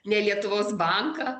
ne lietuvos banką